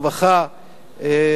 חבר הכנסת חיים כץ,